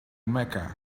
mecca